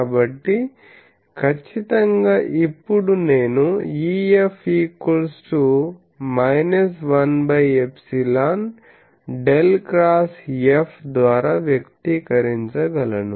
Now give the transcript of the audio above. కాబట్టిఖచ్చితంగా ఇప్పుడు నేను EF 1∊ ∇ X F ద్వారా వ్యక్తీకరించగలను